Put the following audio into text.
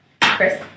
Chris